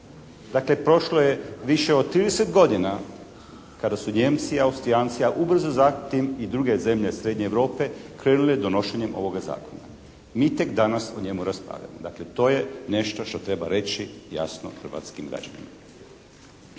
Dakle prošlo je više od 30 godina kada su Nijemci i Austrijanci, a ubrzo zatim i druge zemlje srednje Europe krenule s donošenjem ovog zakona. Mi tek danas o njemu raspravljamo. Dakle to je nešto što treba reći jasno hrvatskim građanima.